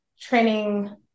training